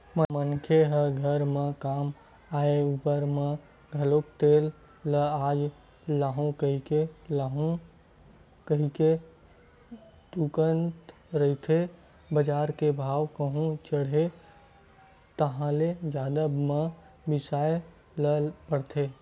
मनखे ह घर म काम आय ऊपर म घलो तेल ल आज लुहूँ काली लुहूँ कहिके तुंगत रहिथे बजार के भाव कहूं चढ़गे ताहले जादा म बिसाय ल परथे